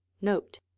note